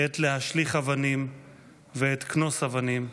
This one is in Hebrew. עת להשליך אבנים ועת כנוס אבנים,